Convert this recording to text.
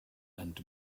and